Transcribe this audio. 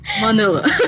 Manila